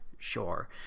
sure